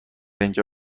اینجا